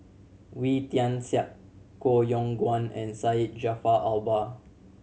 Wee Tian Siak Koh Yong Guan and Syed Jaafar Albar